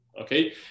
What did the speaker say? okay